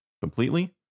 completely